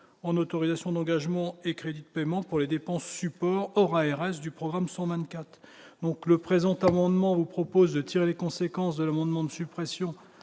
en autorisations d'engagement et crédits de paiement pour les dépenses support aura RS du programme 124 donc le présent amendement vous propose de tirer les conséquences de l'amendement de suppression